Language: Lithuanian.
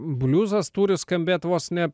bliuzas turi skambėt vos ne